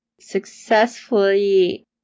successfully